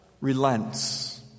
relents